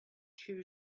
too